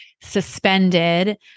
suspended